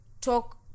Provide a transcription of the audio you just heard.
talk